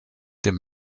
dem